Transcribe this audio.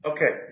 Okay